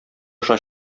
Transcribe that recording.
аша